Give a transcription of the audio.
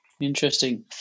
interesting